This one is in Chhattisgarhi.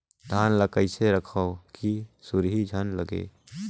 धान ल कइसे रखव कि सुरही झन लगे?